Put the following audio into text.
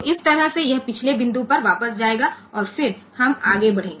તો આ રીતે તે પાછલા બિંદુ પર પાછા જશે અને પછી આપણે આગળ વધીશું